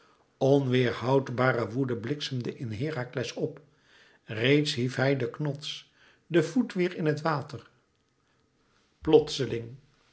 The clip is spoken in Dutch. onweêrhoudbare woede bliksemde in herakles op reeds hief hij den knots den voet weêr in het water plotseling